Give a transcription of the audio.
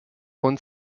und